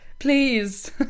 please